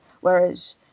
whereas